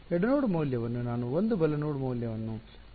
ಎಡ ನೋಡ್ ಮೌಲ್ಯವನ್ನು ನಾನು 1 ಬಲ ನೋಡ್ ಮೌಲ್ಯವನ್ನು ನಾನು 2 ಎಂದು ಕರೆದಿದ್ದೇನೆ